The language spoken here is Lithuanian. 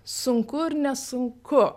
sunku ir nesunku